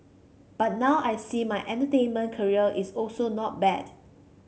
but now I see my entertainment career is also not bad